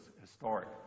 historic